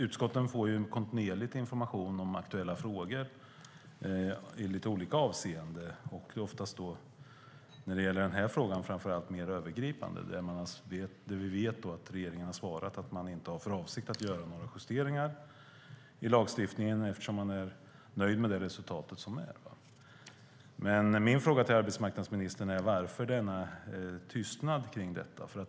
Utskotten får kontinuerligt information om aktuella frågor i olika avseenden. När det gäller den här frågan är informationen framför allt övergripande. Det vi vet är att regeringen har svarat att de inte har för avsikt att göra justeringar i lagstiftningen eftersom de är nöjda med det resultat som finns. Min fråga till arbetsmarknadsministern är: Varför denna tystnad kring frågan?